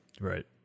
Right